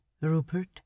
Rupert